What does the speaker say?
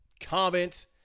comment